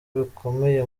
bikomeye